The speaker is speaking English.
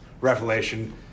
revelation